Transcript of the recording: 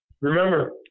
Remember